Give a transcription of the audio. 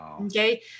Okay